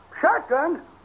Shotgun